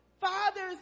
Fathers